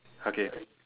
okay